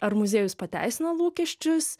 ar muziejus pateisino lūkesčius